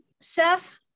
Seth